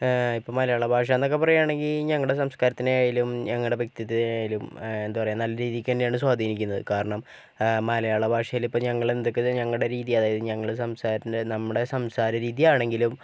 ഇപ്പം മലയാളഭാഷ എന്നൊക്കെ പറയുകയാണെങ്കിൽ ഞങ്ങളുടെ സംസ്കാരത്തിനെ ആയാലും ഞങ്ങളുടെ വ്യക്തിത്വത്തിന് ആയാലും എന്താ പറയുക നല്ല രീതിക്ക് തന്നെയാണ് സ്വാധീനിക്കുന്നത് കാരണം മലയാള ഭാഷയിൽ ഇപ്പം ഞങ്ങള് എന്തൊക്കെ ഞങ്ങളുടെ രീതി അതായത് ഞങ്ങൾ സംസാ നമ്മുടെ സംസാര രീതിയാണെങ്കിലും